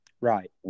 right